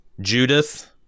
Judith